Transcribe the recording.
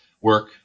work